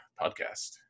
podcast